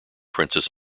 princess